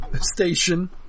station